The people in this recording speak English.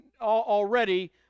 already